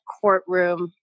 courtroom